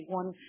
one